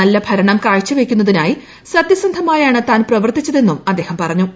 നല്ല ഭരണം കാഴ്ചവയ്ക്കുന്നതിനായി സത്യസന്ധമായാണ് താൻ പ്രവർത്തിച്ചതെന്നും അദ്ദേഹം പറഞ്ഞു